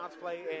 play